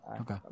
Okay